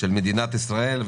של מדינת ישראל.